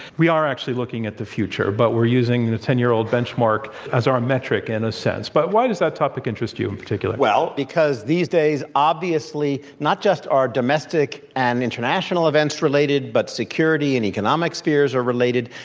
we are actually looking at the future, but we're using and the ten year old benchmark as our metric, in a sense. but why does that topic interest you in particular? well, because these days, obviously not just our domestic and international events related, but security and economic spheres are related.